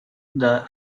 the